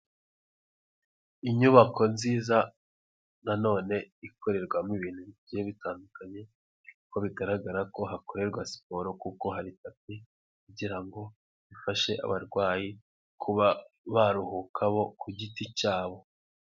Inyubako nziza nanone ikorerwamo ibintu bigiye bitandukanye, kuko bigaragara ko hakorerwa siporo kuko hari tapi kugira ngo ifashe abarwayi kuba baruhuka bo ku giti cyabo.